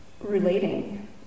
relating